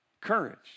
courage